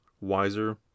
wiser